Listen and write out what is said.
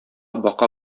бака